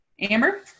Amber